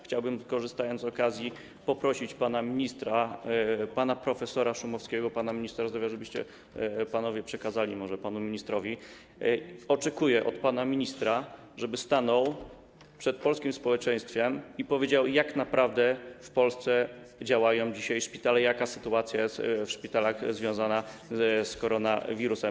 Chciałbym, korzystając z okazji, poprosić pana ministra, pana prof. Szumowskiego, pana ministra zdrowia, może panowie przekazaliby to panu ministrowi: oczekuję od pana ministra, żeby stanął przed polskim społeczeństwem i powiedział, jak naprawdę w Polsce działają dzisiaj szpitale, jaka sytuacja jest w szpitalach, związana z koronawirusem.